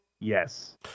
Yes